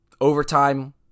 Overtime